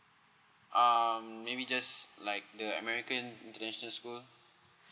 um maybe just like the american international school